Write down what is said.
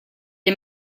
est